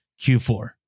Q4